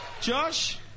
Josh